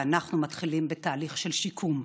ואנחנו מתחילים בתהליך של שיקום.